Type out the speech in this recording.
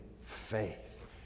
faith